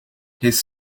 his